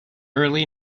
early